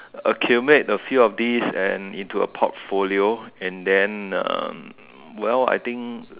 accumulate a few of these and into a portfolio and then um well I think